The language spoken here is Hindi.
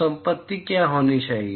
तो संपत्ति क्या होनी चाहिए